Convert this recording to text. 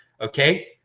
Okay